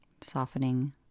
Softening